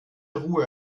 ruhe